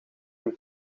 een